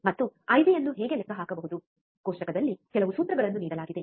ಮತ್ತು ಐಬಿಯನ್ನು ಹೇಗೆ ಲೆಕ್ಕ ಹಾಕಬಹುದು ಕೋಷ್ಟಕದಲ್ಲಿ ಕೆಲವು ಸೂತ್ರಗಳನ್ನು ನೀಡಲಾಗಿದೆ